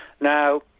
Now